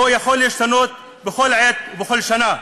או יכול להשתנות בכל עת ובכל שעה.